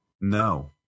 No